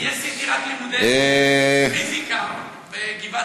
אני עשיתי רק לימודי פיזיקה בגבעת-רם.